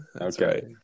Okay